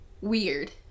weird